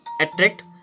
attract